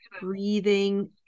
breathing